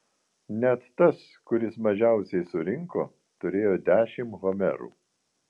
net tas kuris mažiausiai surinko turėjo dešimt homerų